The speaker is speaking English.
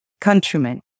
countrymen